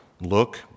look